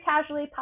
casually